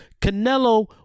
Canelo